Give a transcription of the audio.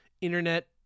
internet